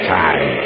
time